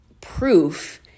proof